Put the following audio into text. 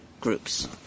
groups